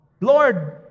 Lord